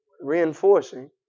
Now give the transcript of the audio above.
reinforcing